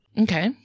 Okay